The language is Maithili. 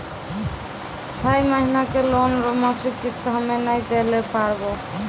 है महिना मे लोन रो मासिक किस्त हम्मे नै दैल पारबौं